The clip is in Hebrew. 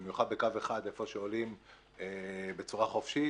במיוחד בקו 1, איפה שעולים בצורה חופשית.